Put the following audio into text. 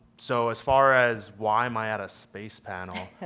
so, as far as why am i at a space panel?